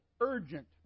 Urgent